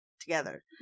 together